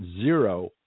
zero